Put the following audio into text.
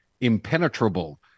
impenetrable